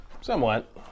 Somewhat